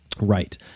Right